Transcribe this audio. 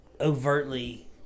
overtly